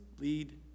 lead